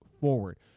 forward